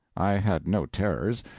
i had no terrors,